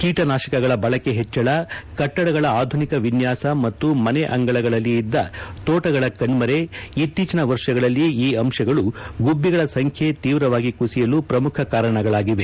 ಕೀಟನಾಶಕಗಳ ಬಳಕೆ ಹೆಚ್ಚಳ ಕಟ್ಟಡಗಳ ಆಧುನಿಕ ವಿನ್ನಾಸ ಮತ್ತು ಮನೆ ಅಂಗಳಗಳಲ್ಲಿ ಇದ್ದ ತೋಟಗಳ ಕಣ್ಣರೆ ಇತ್ತೀಚನ ವರ್ಷಗಳಲ್ಲಿ ಈ ಅಂಶಗಳು ಗುಬ್ಬಿಗಳ ಸಂಖ್ಯೆ ತೀವ್ರವಾಗಿ ಕುಸಿಯಲು ಪ್ರಮುಖ ಕಾರಣಗಳಾಗಿವೆ